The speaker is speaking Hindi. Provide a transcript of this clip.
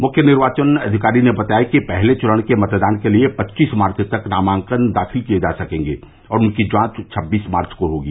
मुख्य निर्वाचन अधिकारी ने बताया कि पहले चरण के मतदान के लिए पच्चीस मार्च तक नामांकन दाखिल किया जा सकेंगे और उनकी जांच छब्बीस मार्च को होगी